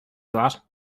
that